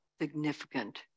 significant